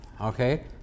okay